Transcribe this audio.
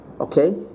Okay